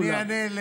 אני אענה.